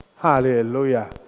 Hallelujah